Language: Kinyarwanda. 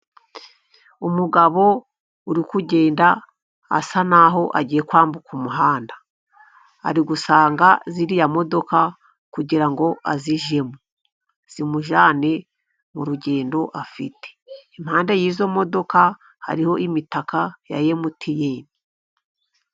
Umugabo uri kugenda asa n'aho agiye kwambuka umuhanda, ari gusanga ziriya modoka kugira ngo azijyemo zimujyane mu rugendo afite. Impande y'izo modoka hariho imitaka ya Emutiyene.